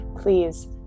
please